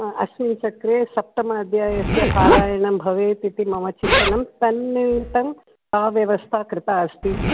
अस्मिन् सत्रे सप्तम अध्यायस्य पारायणम् भवेत् इति मम चिन्तनम् तन्निमित्तं व्यवस्था कृता अस्ति